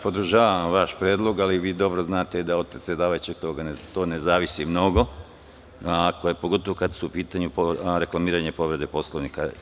Podržavam vaš predlog, ali dobro znate da to od predsedavajućeg ne zavisi mnogo, pogotovo kada su u pitanju reklamiranja povrede Poslovnika.